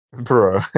Bro